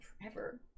forever